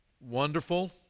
wonderful